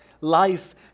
life